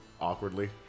awkwardly